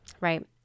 right